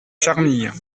charmilles